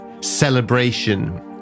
celebration